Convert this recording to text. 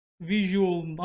visual